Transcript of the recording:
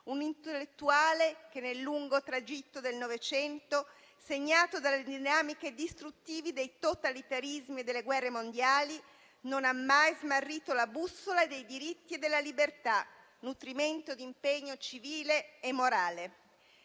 un intellettuale che nel lungo tragitto del Novecento, segnato dalle dinamiche distruttive dei totalitarismi e delle guerre mondiali, non ha mai smarrito la bussola dei diritti e della libertà, nutrimento di impegno civile e morale.